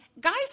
Guys